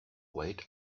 wait